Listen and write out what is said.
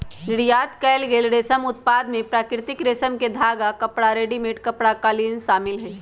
निर्यात कएल गेल रेशम उत्पाद में प्राकृतिक रेशम के धागा, कपड़ा, रेडीमेड कपड़ा, कालीन शामिल हई